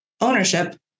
ownership